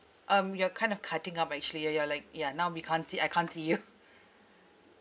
um you're kind of cutting up actually ya you're like ya now we can't see I can't see you